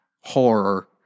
horror